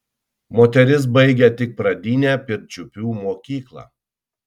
moteris baigė tik pradinę pirčiupių mokyklą